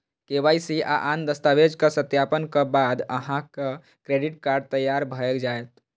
KYC आ आन दस्तावेजक सत्यापनक बाद अहांक क्रेडिट कार्ड तैयार भए जायत